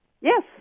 Yes